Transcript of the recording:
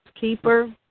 keeper